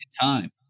time